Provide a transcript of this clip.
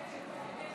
היושב-ראש,